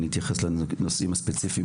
אני כן אתייחס לנושאים ספציפיים,